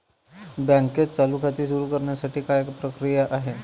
बँकेत चालू खाते सुरु करण्यासाठी काय प्रक्रिया आहे?